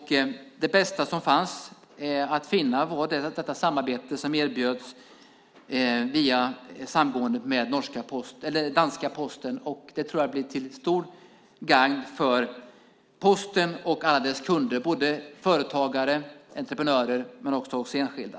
Det bästa som stod att finna var detta samarbete som erbjöds via samgåendet med den danska Posten. Jag tror att det blir till stort gagn för Posten och alla dess kunder, såväl för företagare och entreprenörer som för enskilda.